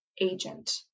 agent